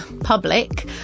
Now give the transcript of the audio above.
public